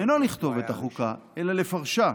אינו לכתוב את החוקה, אלא לפרשה,